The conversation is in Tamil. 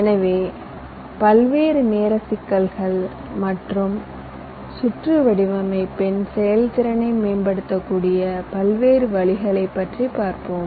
எனவே பல்வேறு நேர சிக்கல்கள் மற்றும் சுற்று வடிவமைப்பின் செயல்திறனை மேம்படுத்தக்கூடிய பல்வேறு வழிகளைப் பற்றி பார்ப்போம்